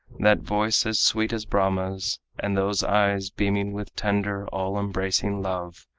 that voice as sweet as brahma's, and those eyes beaming with tender, all-embracing love,